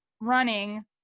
running